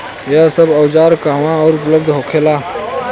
यह सब औजार कहवा से उपलब्ध होखेला?